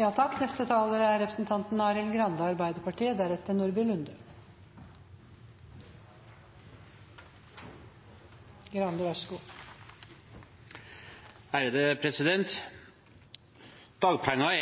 Dagpenger er